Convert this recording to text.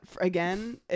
again